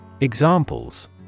Examples